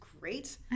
great